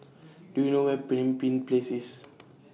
Do YOU know Where Pemimpin Places